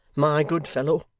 my good fellow